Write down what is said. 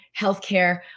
healthcare